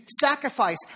sacrifice